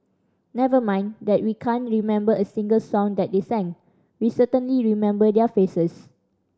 never mind that we can't remember a single song that they sang we certainly remember their faces